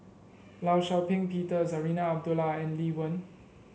Law Shau Ping Peter Zarinah Abdullah and Lee Wen